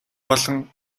болон